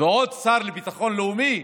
ועוד שר לביטחון לאומי,